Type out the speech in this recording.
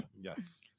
Yes